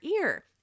ear